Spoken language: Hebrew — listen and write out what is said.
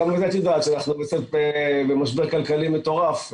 גם את יודעת שאנחנו במשבר כלכלי מטורף,